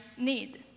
need